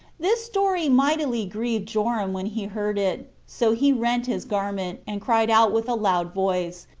this story mightily grieved joram when he heard it so he rent his garment, and cried out with a loud voice,